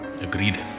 Agreed